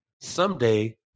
Someday